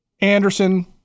Anderson